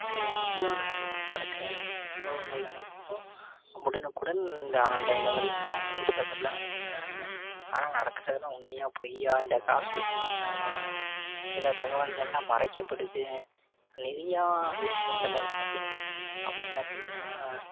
இந்த இந்தியாவில் நடக்கிற சம்பவங்கள் அனைத்தும் உடனுக்குடன் இந்த ஆன்லைன்ல வருதுங்கிறாங்க நியூஸ் பேப்பர்ல வருதுகிறானுங்க ஆனால் நடக்கிறதுலாம் உண்மையா பொய்யா இல்லை காசு கொடுத்து எடுக்கிறாங்களா சில தகவல்கள்லாம் மறைக்கப்படுது நிறையா விஷயம் இந்தமாதிரி நடக்குதுங்க அப்புறம் பார்த்திங்கனா